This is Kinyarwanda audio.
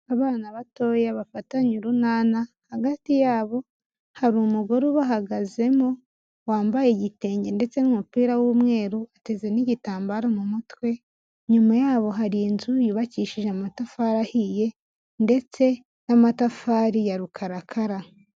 Abana batoya bafatanye urunana, hagati yabo hari umugore ubahagazemo wambaye igitenge ndetse n'umupira w'umweru ateze n'igitambaro mu mutwe, inyuma yaho hari inzu yubakishije amatafari ahiye ndetse n'amatafari ya rukarakara.